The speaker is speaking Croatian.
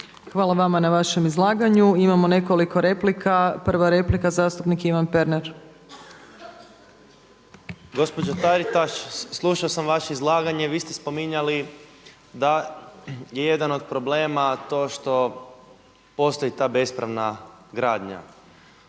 Hvala vama na vašem izlaganju. Imamo nekoliko replika. Prva replika zastupnik Ivan Pernar. **Pernar, Ivan (Živi zid)** Gospođo Taritaš, slušao sam vaše izlaganje. Vi ste spominjali da je jedan od problema to što postoji ta bespravna gradnja.